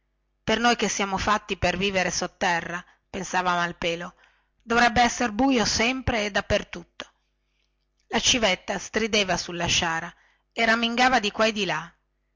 per noi che siamo fatti per vivere sotterra pensava malpelo ci dovrebbe essere buio sempre e dappertutto la civetta strideva sulla sciara e ramingava di qua e di là